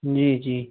जी जी